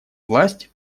власть